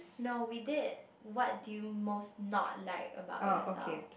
no we did what do you most not like about yourself